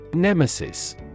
Nemesis